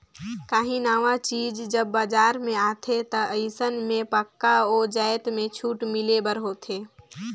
काहीं नावा चीज जब बजार में आथे ता अइसन में पक्का ओ जाएत में छूट मिले बर होथे